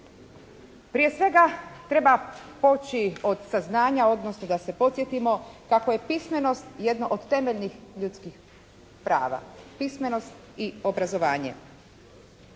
Prije svega treba poći od saznanja, odnosno da se podsjetimo kako je pismenost jedna od temeljnih ljudskih prava, pismenost i obrazovanje.